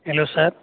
hello sir